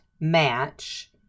match